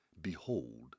Behold